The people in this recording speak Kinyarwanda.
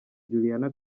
juliana